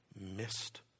Missed